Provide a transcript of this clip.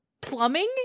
plumbing